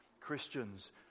Christians